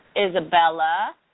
Isabella